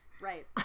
Right